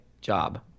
job